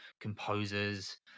composers